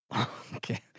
Okay